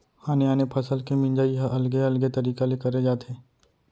आने आने फसल के मिंजई ह अलगे अलगे तरिका ले करे जाथे